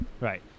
Right